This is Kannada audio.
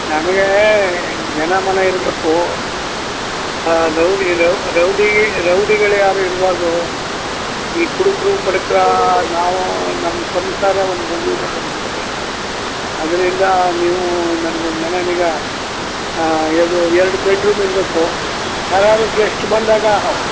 ನನಗೇ ಜನ ಮನ ಇರಬೇಕು ರೌಡಿ ರೌಡೀ ರೌಡಿಗಳು ಯಾರು ಇರಬಾರ್ದೂ ಈ ಕುಡುಕ್ರು ಪಡಕ್ರಾ ನಾವೂ ನಮ್ಮ ಸಂಸಾರ ಒಂದು ಮಗು ಇರೋದು ನಮಗೆ ಅದರಿಂದ ನೀವೂ ನಮಿಗೊಂದು ಮನೆ ಈಗ ಇದು ಎರಡು ಬೆಡ್ ರೂಮ್ ಇರ್ಬೇಕು ಯಾರಾದ್ರು ಗೆಸ್ಟ್ ಬಂದಾಗ